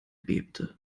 bebte